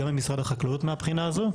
גם עם משרד החקלאות מהבחינה הזו.